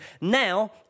now